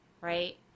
Right